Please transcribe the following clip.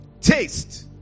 Taste